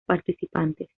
participantes